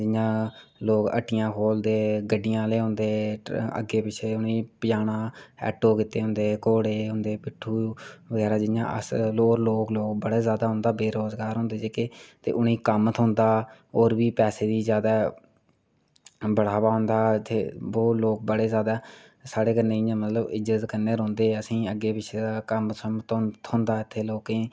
जियां लोग हट्टियां खोह्लदे गड्डियां लेओंदे अग्गैं पिच्छें उनेंगी पजाना ऐटो कीते दे होंदे घोड़े पिट्ठू बगैरा अस लोग साढ़ा बेरोजगार होंदे जेह्के उनेंगी कम्म थ्होंदा ते होर बी पैसे दी जादा बड़ावा होंदा इत्थें बड़े लोग बौह्त जादा साढ़े कन्नै मतलव इयां इज्जत कन्नै रौंह्दे असेंगी अग्गैं पिच्छें कम्म थ्होंदा असें लोकें गी